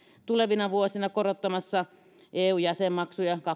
tulevina vuosina korottamassa eun jäsenmaksuja